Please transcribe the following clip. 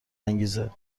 انگیزه